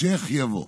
המשך יבוא.